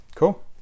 Cool